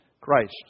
Christ